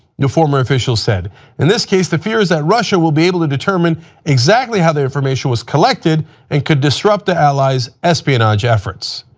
the former official said that in this case, the fears that russia will be able to determine exactly how the information was collected and could disrupt the allies espionage efforts.